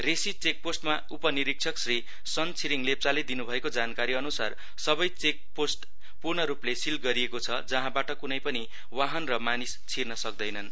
रेशी check पोष्टमा उपनिरिक्षक श्री सन छिरिङ लेप्चाले दिनुभएको जानकारी अनुसार सबै चेकपोष्ट पूर्णरूपले सिल गरिएको छ जहाँबाट कुनै पनि वाहन र मानिस छिर्न सक्दैनन्